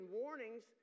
warnings